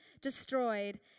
destroyed